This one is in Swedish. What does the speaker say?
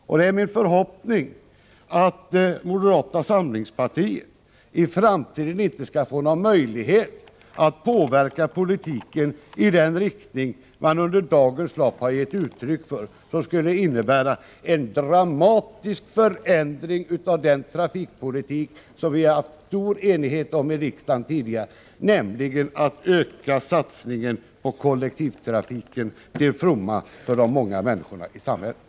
Och det är min förhoppning att moderata samlingspartiet i framtiden inte skall få någon möjlighet att påverka politiken i den riktning dess företrädare under dagens lopp har talat för. Om moderata samlingspartiet fick en sådan möjlighet skulle det innebära en dramatisk förändring av den trafikpolitik som det rått stor enighet om i riksdagen tidigare, nämligen att vi skall öka satsningen på kollektivtrafiken, till fromma för de många människorna i samhället.